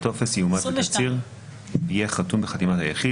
הטופס יאומת בתצהיר ויהיה חתום בחתימת היחיד.